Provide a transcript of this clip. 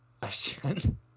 question